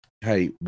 Hey